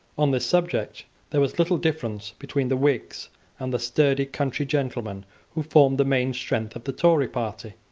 on this subject there was little difference between the whigs and the sturdy country gentlemen who formed the main strength of the tory party.